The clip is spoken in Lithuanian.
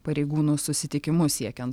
pareigūnų susitikimus siekian